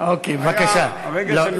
היה רגע של מחדל.